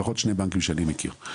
לפחות שני בנקים שאני מכיר,